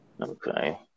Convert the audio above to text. Okay